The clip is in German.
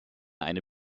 eine